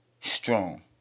strong